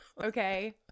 Okay